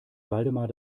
waldemar